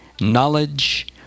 knowledge